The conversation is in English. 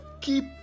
keep